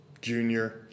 junior